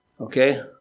okay